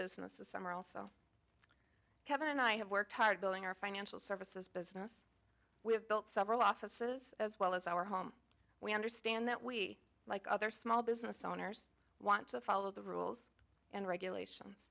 business as summer also kevin and i have worked hard billing our financial services business we have built several offices as well as our home we understand that we like other small business owners want to follow the rules and regulations